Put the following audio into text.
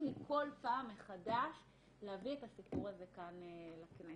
לי כל פעם מחדש להביא את הסיפור הזה כאן לכנסת.